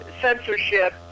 censorship